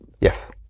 Yes